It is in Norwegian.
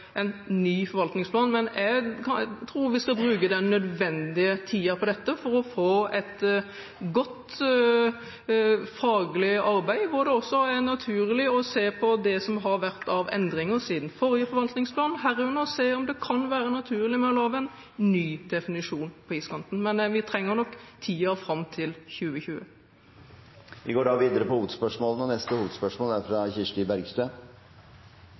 en ny. Men jeg tror vi skal bruke den nødvendige tiden på dette for å få et godt faglig arbeid, hvor det også er naturlig å se på det som har vært av endringer siden forrige forvaltningsplan, herunder om det kan være naturlig å lage en ny definisjon på iskanten. Men vi trenger nok tiden fram til 2020. Vi går videre til neste hovedspørsmål.